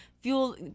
fuel